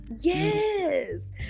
yes